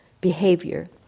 behavior